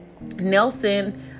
Nelson